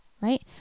Right